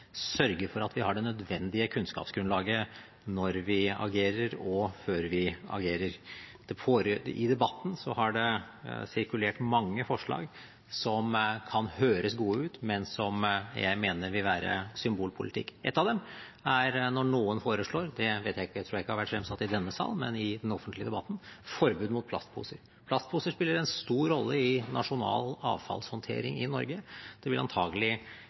sørge for at vi har det nødvendige kunnskapsgrunnlaget når vi agerer, og før vi agerer. I debatten har det sirkulert mange forslag som kan høres gode ut, men som jeg mener vil være symbolpolitikk. Ett av dem er når noen foreslår – jeg tror ikke forslaget har vært fremsatt i denne salen, men i den offentlige debatten – forbud mot plastposer. Plastposer spiller en stor rolle i nasjonal avfallshåndtering i Norge. Det vil